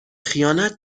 خیانت